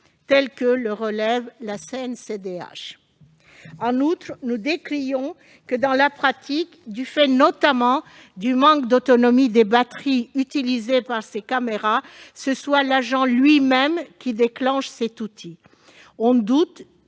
que le relève la CNCDH. En outre, nous contestons que, dans la pratique, notamment du fait du manque d'autonomie des batteries utilisées par ces caméras, ce soit l'agent lui-même qui déclenche cet outil. On doute